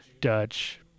dutch